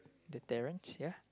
the Terrence ya